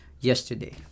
yesterday